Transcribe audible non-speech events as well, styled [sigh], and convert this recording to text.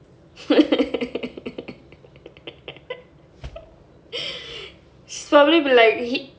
[laughs] she'll probably be like